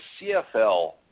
CFL